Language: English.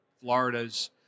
Florida's